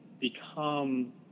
become